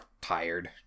tired